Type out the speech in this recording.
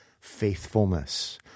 faithfulness